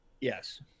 Yes